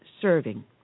serving